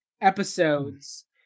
episodes